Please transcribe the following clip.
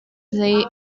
they